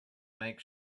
make